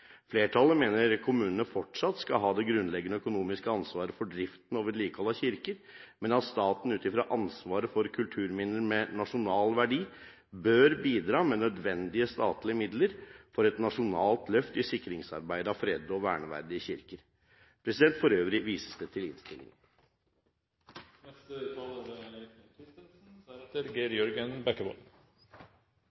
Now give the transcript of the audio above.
Flertallet mener kommunene fortsatt skal ha det grunnleggende økonomiske ansvaret for drift og vedlikehold av kirker, men at staten ut fra ansvaret for kulturminner med nasjonal verdi bør bidra med nødvendige statlige midler for et nasjonalt løft i sikringsarbeidet av fredede og verneverdige kirker. For øvrig vises det til innstillingen. Eg vil òg takke saksordføraren for ein veldig god gjennomgang av saka. Eg er